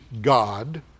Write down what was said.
God